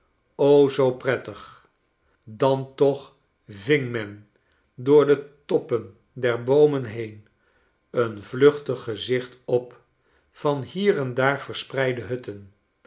o zoo prettig i dan toch ving men door de toppen der boomen heen een vluchtig gezicht op van hier en daar verspreide hutten